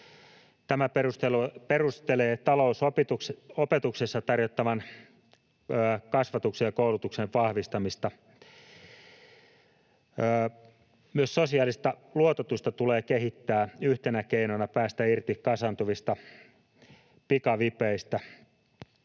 Tämä perustelee talousopetuksessa tarjottavan kasvatuksen ja koulutuksen vahvistamista. Myös sosiaalista luototusta tulee kehittää yhtenä keinona päästä irti kasaantuvista pikavipeistä.